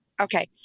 okay